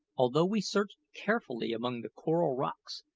although we searched carefully among the coral rocks,